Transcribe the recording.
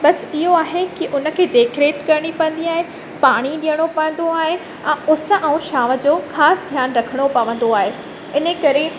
बसि इहो आहे की उन खे देख रेख करिणी पवंदी आहे पाणी ॾियणो पवंदो आहे अ उस ऐं छाव जो ख़ासि ध्यानु रखिणो पवंदो आहे इन करे